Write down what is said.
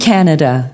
Canada